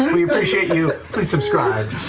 we appreciate you, please subscribe,